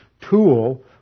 tool